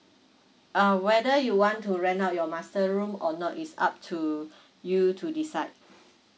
uh whether you want to rent out your master room or not is up to you to decide